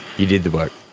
you did the work?